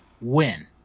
win